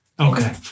Okay